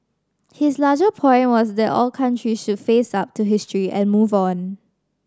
his larger point was that all countries should face up to history and move on